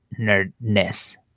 nerdness